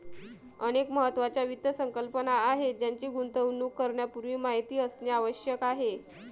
अनेक महत्त्वाच्या वित्त संकल्पना आहेत ज्यांची गुंतवणूक करण्यापूर्वी माहिती असणे आवश्यक आहे